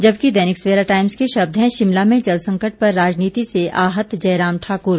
जबकि दैनिक सवेरा टाइम्स के शब्द हैं शिमला में जलसंकट पर राजनीति से आहत जयराम ठाकुर